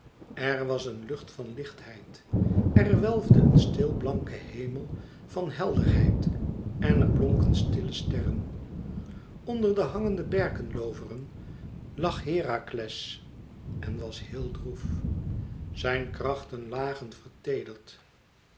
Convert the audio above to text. er was een lucht van lichtheid er welfde een stil blanke hemel van helderheid en er blonken stille sterren onder de hangende berkenlooveren lag herakles en was heel droef zijne krachten lagen